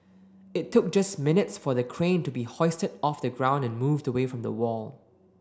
it took just minutes for the crane to be hoisted off the ground and moved away from the wall